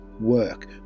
work